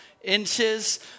inches